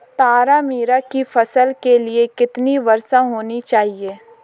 तारामीरा की फसल के लिए कितनी वर्षा होनी चाहिए?